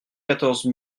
quatorze